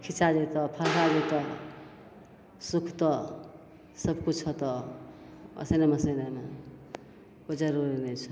खिचा जइतऽ फलहारि जइतऽ सुखतऽ सबकिछु होतऽ वाशिन्गे मशीनमे कोइ जरूरी नहि छै